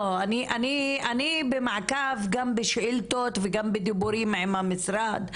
אני במעקב גם בשאילתות וגם בדיבורים עם המשרד.